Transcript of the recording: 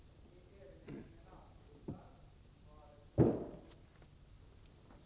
Överläggningen var härmed avslutad.